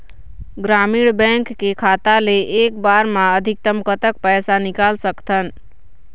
ग्रामीण बैंक के खाता ले एक बार मा अधिकतम कतक पैसा निकाल सकथन?